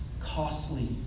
costly